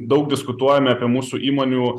daug diskutuojame apie mūsų įmonių